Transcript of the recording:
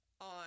on